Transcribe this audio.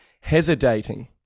hesitating